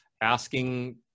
asking